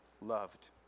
loved